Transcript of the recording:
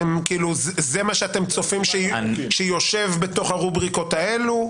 זה מה שאתם צופים שיושב בתוך הרובריקות האלו או בכלל?